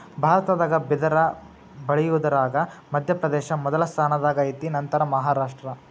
ಭಾರತದಾಗ ಬಿದರ ಬಳಿಯುದರಾಗ ಮಧ್ಯಪ್ರದೇಶ ಮೊದಲ ಸ್ಥಾನದಾಗ ಐತಿ ನಂತರಾ ಮಹಾರಾಷ್ಟ್ರ